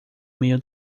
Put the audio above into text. meio